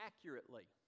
accurately